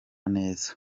neza